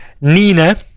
Nina